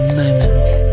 moments